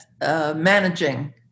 managing